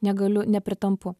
negaliu nepritampu